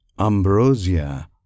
Ambrosia